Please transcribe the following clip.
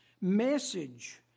message